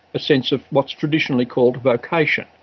a sense of what's traditionally called vocation.